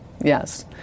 Yes